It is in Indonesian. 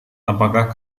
apakah